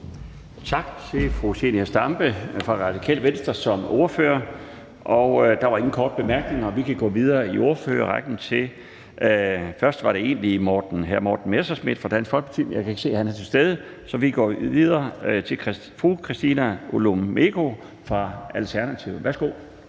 Tak til fru Zenia Stampe fra Radikale Venstre som ordfører. Der var ingen korte bemærkninger, og vi kan gå videre i ordførerrækken. Det var egentlig først hr. Morten Messerschmidt fra Dansk Folkeparti, men jeg kan ikke se, at han er til stede, så vi går videre til fru Christina Olumeko fra Alternativet. Værsgo.